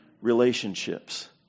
relationships